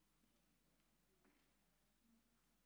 חמש דקות לרשותך,